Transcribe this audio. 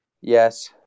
Yes